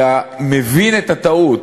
אלא מבין את הטעות,